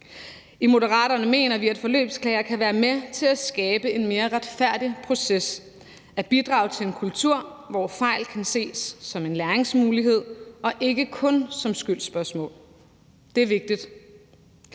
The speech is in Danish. I Moderaterne mener vi, at forløbsklager kan være med til at skabe en mere retfærdig proces og bidrage til en kultur, hvor fejl kan ses som en læringsmulighed og ikke kun som skyldsspørgsmål. Det er vigtigt.